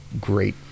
great